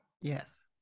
yes